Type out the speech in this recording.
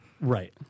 Right